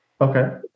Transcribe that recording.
Okay